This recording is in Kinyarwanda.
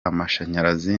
amashanyarazi